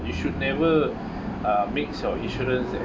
you should never uh mix your insurance